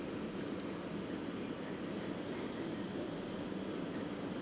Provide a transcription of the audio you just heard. mm